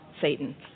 Satan